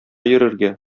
йөрергә